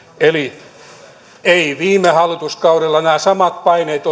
eli viime hallituskaudella oli silloinkin nämä samat paineet